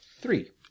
three